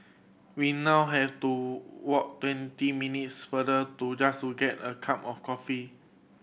we now have to walk twenty minutes farther do just to get a cup of coffee